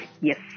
yes